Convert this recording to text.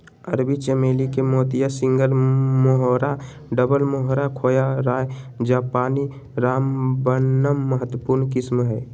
अरबी चमेली के मोतिया, सिंगल मोहोरा, डबल मोहोरा, खोया, राय जापानी, रामबनम महत्वपूर्ण किस्म हइ